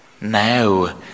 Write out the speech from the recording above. now